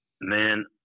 man